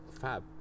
fab